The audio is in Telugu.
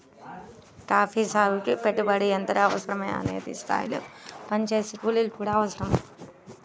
కాఫీ సాగుకి పెట్టుబడి ఎంతగా అవసరమో అదే స్థాయిలో పనిచేసే కూలీలు కూడా అవసరం